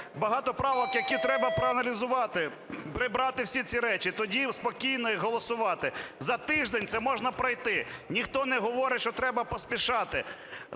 багато правок, які треба проаналізувати, прибрати всі ці речі, тоді спокійно їх голосувати. За тиждень це можна пройти. Ніхто не говорить, що треба поспішати.